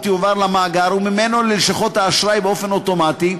יועבר למאגר וממנו ללשכות האשראי באופן אוטומטי,